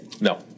No